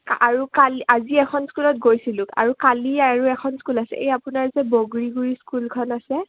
আৰু কালি আজি এখন স্কুলত গৈছিলোঁ আৰু কালি আৰু এখন স্কুল আছে এই আপোনাৰ যে বগৰীগুৰিৰ স্কুলখন আছে